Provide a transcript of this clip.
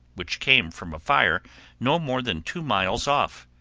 which came from a fire no more than two miles off.